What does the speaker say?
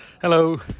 Hello